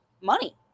money